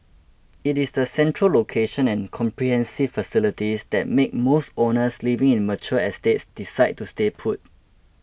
it is the central location and comprehensive facilities that make most owners living in mature estates decide to stay put